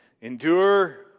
endure